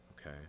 okay